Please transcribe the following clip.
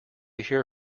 hear